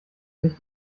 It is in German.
sich